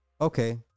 Okay